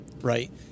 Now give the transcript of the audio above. right